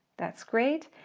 that's great,